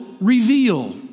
reveal